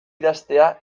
idaztea